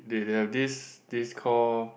they have this this call